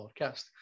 podcast